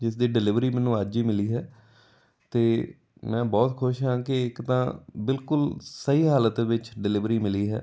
ਜਿਸ ਦੀ ਡਿਲੀਵਰੀ ਮੈਨੂੰ ਅੱਜ ਹੀ ਮਿਲੀ ਹੈ ਅਤੇ ਮੈਂ ਬਹੁਤ ਖੁਸ਼ ਹਾਂ ਕਿ ਇੱਕ ਤਾਂ ਬਿਲਕੁਲ ਸਹੀ ਹਾਲਤ ਵਿੱਚ ਡਿਲੀਵਰੀ ਮਿਲੀ ਹੈ